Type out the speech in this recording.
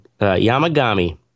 Yamagami